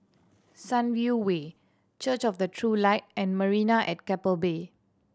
Sunview Way Church of the True Light and Marina at Keppel Bay